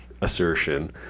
assertion